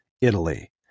Italy